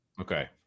Okay